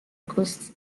ghosts